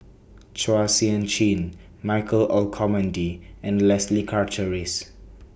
Chua Sian Chin Michael Olcomendy and Leslie Charteris